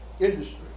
industry